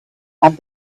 and